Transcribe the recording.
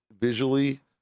visually